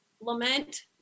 Lament